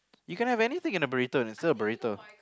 you can have anything in a burrito and it's still a burrito